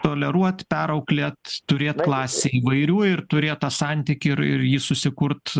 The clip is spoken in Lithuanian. toleruot perauklėt turėt klasėj įvairių ir turėt tą santykį ir ir jį susikurt